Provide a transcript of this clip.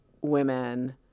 women